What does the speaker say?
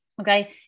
Okay